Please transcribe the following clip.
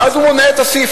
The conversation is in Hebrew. ואז הוא מונה את הסעיפים: